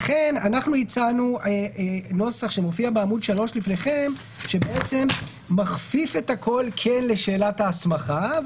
לכן הצענו נוסח שמופיע בעמוד 3 לפניכם שמכפיף את הכול לשאלת ההסמכה.